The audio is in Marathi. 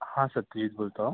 हां सत्यजीत बोलतो